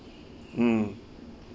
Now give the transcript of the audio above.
mm